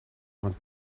want